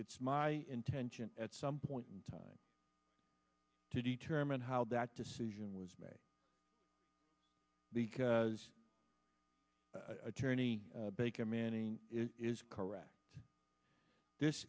it's my intention at some point in time to determine how that decision was made because the attorney baker manning is correct this